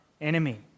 enemy